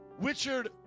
Richard